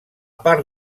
part